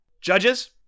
Judges